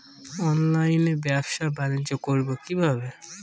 অনলাইনে ব্যবসা বানিজ্য করব কিভাবে?